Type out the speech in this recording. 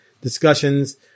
discussions